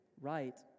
right